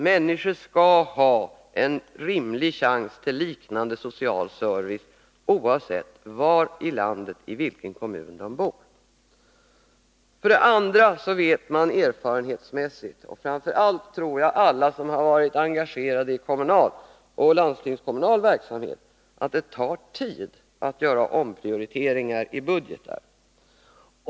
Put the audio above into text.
Människor skall ha en rimlig chans till liknande social service, oavsett i vilken kommun de bor. För det andra vet man erfarenhetsmässigt — framför allt tror jag att alla som har varit engagerade i kommunal och landstingskommunal verksamhet vet det — att det tar tid att göra omprioriteringar i budgetar.